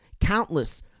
countless